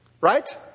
right